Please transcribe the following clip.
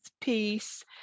peace